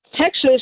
Texas